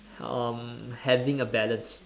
um having a balance